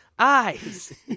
eyes